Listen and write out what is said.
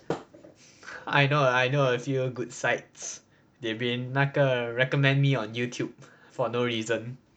I know I know a few good sites they've been 那个 recommend me on youtube for no reason